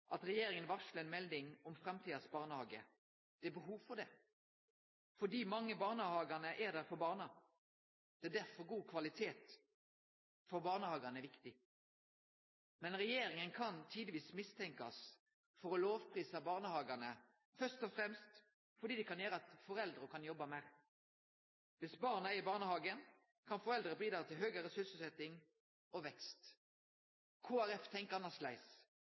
at regjeringa varslar ei melding om framtidas barnehage. Det er behov for det, for dei mange barnehagane er der for barna. Det er derfor god kvalitet på barnehagane er viktig. Men regjeringa kan tidvis bli mistenkt for å lovprise barnehagane først og fremst fordi det kan gjere at foreldra kan jobbe meir. Viss barna er i barnehagen, kan foreldra bidra til høgare sysselsetjing og